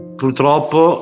purtroppo